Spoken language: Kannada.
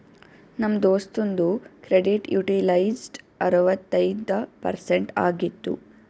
ನಮ್ ದೋಸ್ತುಂದು ಕ್ರೆಡಿಟ್ ಯುಟಿಲೈಜ್ಡ್ ಅರವತ್ತೈಯ್ದ ಪರ್ಸೆಂಟ್ ಆಗಿತ್ತು